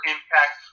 Impact